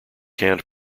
canned